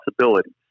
possibilities